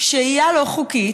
שהייה לא חוקית,